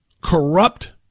Corrupt